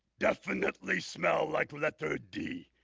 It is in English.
definitely smell like letter d.